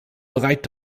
bereit